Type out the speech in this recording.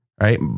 right